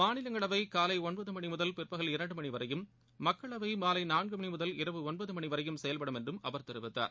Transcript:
மாநிலங்களவை காலை ஒன்பது மணி முதல் பிற்பகல் இரண்டு மணி வரையும் மக்களவை மாலை நான்கு மணி முதல் இரவு ஒன்பது மணி வரையும் செயல்படும் என்று அவர் தெரிவித்தார்